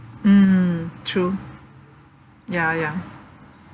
mm true ya ya